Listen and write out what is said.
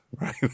Right